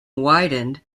widened